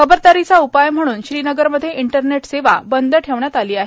खबरदारी म्हणून श्रीनगरमध्ये इंटरनेट सेवा बंद ठेवण्यात आली आहे